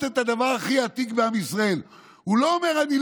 את יהושע מצא הכרתי מלמטה, מה שנקרא, לא בגובה